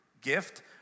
Gift